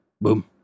Boom